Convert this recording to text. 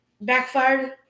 backfired